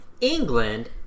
England